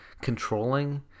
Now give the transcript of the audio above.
controlling